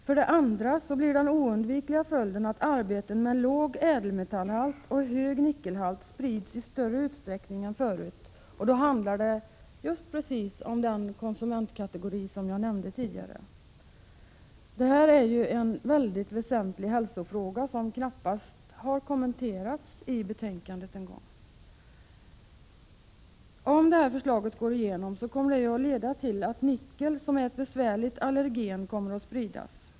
För det andra blir den oundvikliga följden att arbeten med låg ädelmetallhalt och hög nickelhalt sprids i större utsträckning än förut. Då handlar det om just den konsumentkategori som jag nämnde tidigare. Detta är en mycket väsentlig hälsofråga som knappast kommenteras i betänkandet. Om förslaget går igenom kommer det att leda till att nickel, som är ett besvärligt allergen, kommer att spridas.